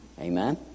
Amen